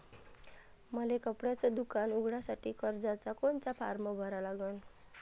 मले कपड्याच दुकान उघडासाठी कर्जाचा कोनचा फारम भरा लागन?